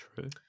True